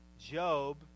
Job